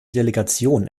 delegation